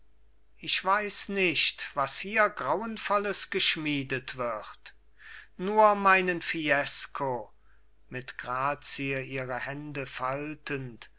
ich weiß nicht was hier grauenvolles geschmiedet wird nur meinen fiesco mit grazie ihre hände faltend